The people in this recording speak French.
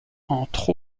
entre